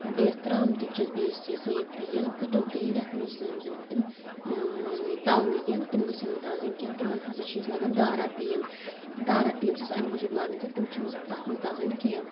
بیٚیہِ حظ ترٛامہٕ دیٖگچَس بیٚیہِ حظ یہِ ہسا یہِ تیٖل گُتُل تیٖل یتھ مَنٛز زَن تِم ٲں تَلنہٕ یِن تِم گَژھیٚن نہٕ دَزٕنۍ کیٚنٛہہ تِمن ہَسا چھُ اسہِ لگان دارا تیٖل دارا تیٖل چھِ أسۍ اَمہِ موٗجوب لاگان زِ تِم چھِنہٕ تتھ مَنٛز دَزان کیٚنٛہہ